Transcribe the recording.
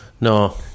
No